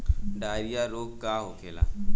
Diarrhoea रोग का होखे?